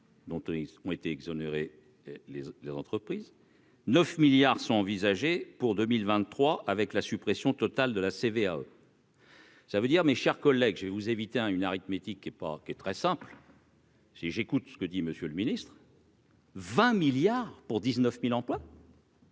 dont ils ont été exonérés les les entreprises. 9 milliards sont envisagées pour 2023 avec la suppression totale de la CVAE. ça veut dire, mes chers collègues, je vais vous éviter un une arithmétique qui est pas qui est très simple. J'ai, j'écoute ce que dit monsieur le ministre. 20 milliards pour 19000 emplois.